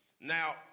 Now